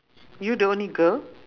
you the only girl